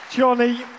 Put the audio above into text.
Johnny